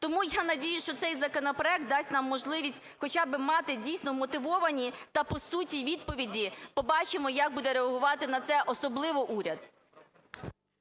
Тому, я надіюся, що цей законопроект дасть нам можливість хоча б мати дійсно вмотивовані та, по суті, відповіді, побачимо, як буде реагувати на це особливо уряд.